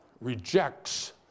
rejects